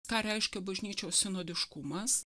ką reiškia bažnyčios sinodiškumas